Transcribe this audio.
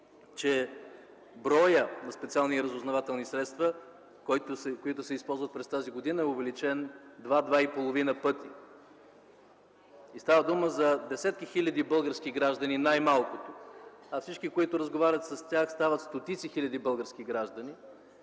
че броят на специални разузнавателни средства, които се използват през тази година, е увеличен 2-2,5 пъти. Става дума за десетки хиляди български граждани най-малко, а с всички, които разговарят с тях, стават стотици хиляди български граждани.